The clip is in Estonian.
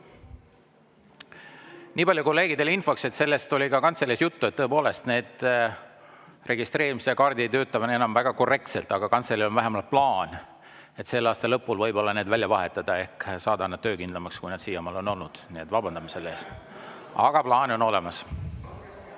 Nii palju kolleegidele infoks, et sellest oli ka kantseleis juttu, et tõepoolest, need registreerimiskaardid ei tööta enam väga korrektselt, aga kantseleil on vähemalt plaan selle aasta lõpul need välja vahetada ehk saada need töökindlamaks, kui nad siiamaani on olnud. Nii et vabandame selle eest. (Hääled saalist.)